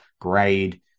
grade